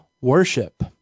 worship